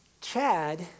Chad